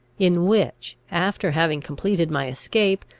in which, after having completed my escape,